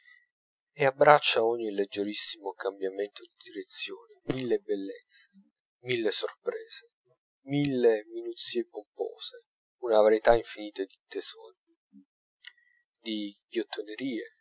e abbraccia a ogni leggerissimo cambiamento di direzione mille bellezze mille sorprese mille minuzie pompose una varietà infinita di tesori di ghiottonerie